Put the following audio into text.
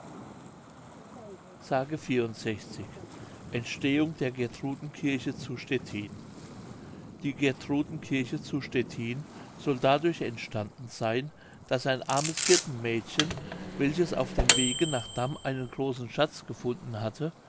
s entstehung der gertruden kirche zu stettin die gertrudenkirche zu stettin soll dadurch entstanden sein daß ein armes hirtenmädchen welches auf dem wege nach damm einen großen schatz gefunden hatte